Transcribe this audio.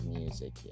music